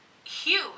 huge